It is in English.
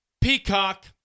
Peacock